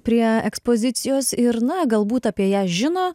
prie ekspozicijos ir na galbūt apie ją žino